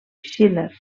schiller